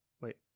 Wait